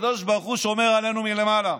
הקדוש ברוך הוא שומר עלינו מלמעלה.